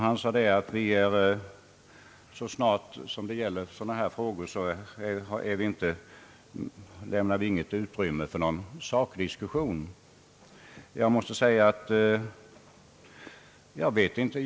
Han sade att vi så snart det gäller sådana här frågor inte lämnar något utrymme för en sakdiskussion.